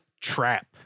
trap